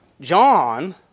John